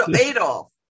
Adolf